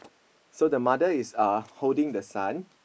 so the mother is uh holding the son